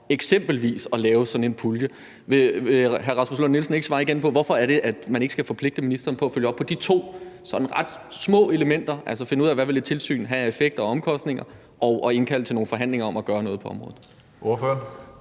eksempelvis at lave sådan en pulje. Vil hr. Rasmus Lund-Nielsen ikke igen svare på, hvorfor man ikke skal forpligte ministeren på at følge op på de to sådan ret små elementer, altså at finde ud af, hvad for en effekt og hvad for omkostninger et tilsyn ville have, og at indkalde til nogle forhandlinger om at gøre noget på området?